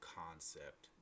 concept